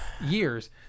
years